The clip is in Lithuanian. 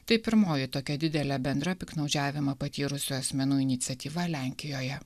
tai pirmoji tokia didelė bendra piktnaudžiavimą patyrusių asmenų iniciatyva lenkijoje